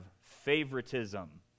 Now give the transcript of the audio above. favoritism